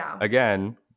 again